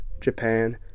Japan